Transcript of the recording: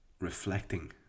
reflecting